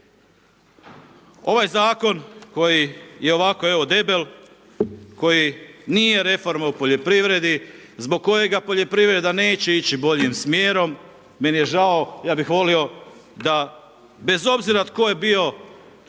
Ovaj zakon koji je ovako evo debel, koji nije reforma o poljoprivredi, zbog kojega poljoprivreda neće ići boljim smjerom, meni je žao, ja bih volio da bez obzira tko je bio,